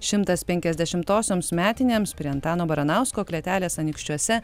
šimtas penkiasdešimtosioms metinėms prie antano baranausko klėtelės anykščiuose